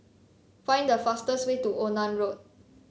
find the fastest way to Onan Road